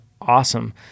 awesome